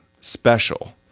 special